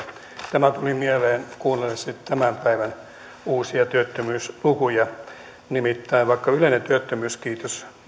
tämä tuli mieleen kuunnellessani tämän päivän uusia työttömyyslukuja nimittäin vaikka yleinen työttömyys kiitos